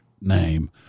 name